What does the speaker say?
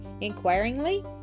inquiringly